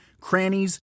crannies